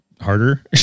harder